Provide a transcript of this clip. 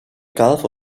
gulf